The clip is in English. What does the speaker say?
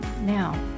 Now